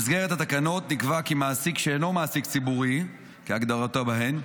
במסגרת התקנות נקבע כי מעסיק שאינו מעסיק ציבורי כהגדרתו בהן,